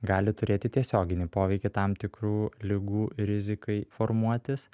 gali turėti tiesioginį poveikį tam tikrų ligų rizikai formuotis